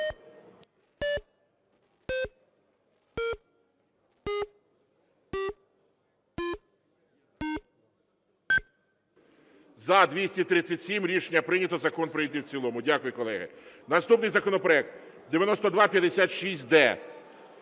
За-237 Рішення прийнято. Закон прийнятий в цілому. Дякую, колеги. Наступний законопроект 9256-д.